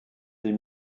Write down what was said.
des